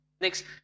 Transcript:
Next